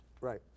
Right